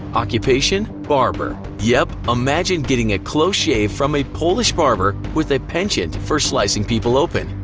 occupation barber. yep, imagine getting a close shave from a polish barber with a penchant for slicing people open.